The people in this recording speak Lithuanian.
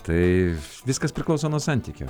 tai viskas priklauso nuo santykio